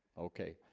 okay,